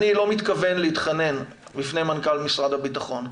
אני לא מתכוון להתחנן בפני מנכ"ל משרד הביטחון,